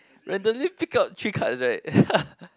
randomly pick up three cards right